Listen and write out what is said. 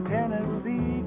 Tennessee